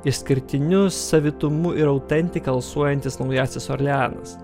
išskirtiniu savitumu ir autentika alsuojantis naujasis orleanas